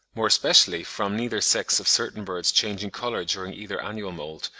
more especially from neither sex of certain birds changing colour during either annual moult,